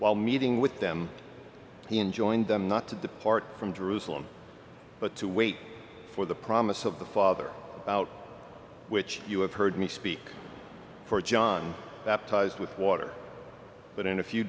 while meeting with them he enjoined them not to depart from jerusalem but to wait for the promise of the father about which you have heard me speak for john baptized with water but in a few